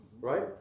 right